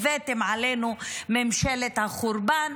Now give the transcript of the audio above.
הבאתם עלינו את ממשלת החורבן.